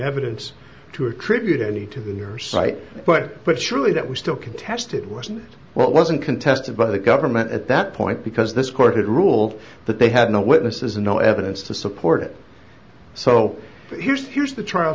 evidence to attribute any to the er site but but surely that was still contested wasn't what wasn't contested by the government at that point because this court ruled that they had no witnesses and no evidence to support it so here's here's the trial